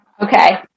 Okay